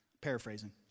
paraphrasing